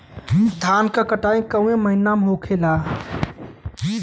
धान क कटाई कवने महीना में होखेला?